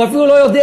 הוא אפילו לא יודע.